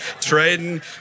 trading